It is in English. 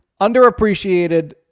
underappreciated